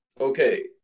okay